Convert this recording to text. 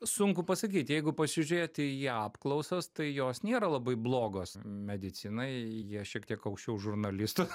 sunku pasakyti jeigu pasižiūrėti į apklausas tai jos nėra labai blogos medicinai jie šiek tiek aukščiau žurnalistų